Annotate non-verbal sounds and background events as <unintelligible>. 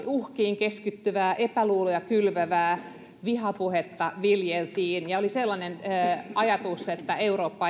<unintelligible> uhkiin keskittyvää ja epäluuloja kylvävää vihapuhetta viljeltiin ja oli sellainen ajatus että eurooppa